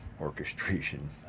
orchestration